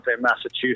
Massachusetts